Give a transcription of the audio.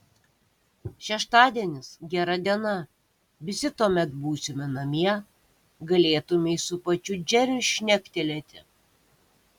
šeštadienis gera diena visi tuomet būsime namie galėtumei su pačiu džeriu šnektelėti